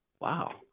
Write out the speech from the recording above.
Wow